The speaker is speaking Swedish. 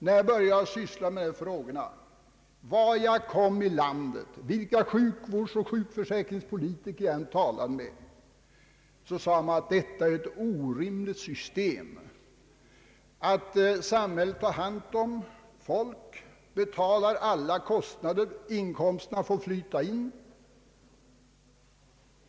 När jag började syssla med dessa frågor märkte jag, att vart jag kom i landet och vilka sjukvårdsoch sjukförsäkringspolitiker jag än talade med framhöll de att det var ett orimligt system att samhället tar hand om människor och betalar alla kostnader medan inkomsterna får flyta in.